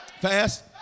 fast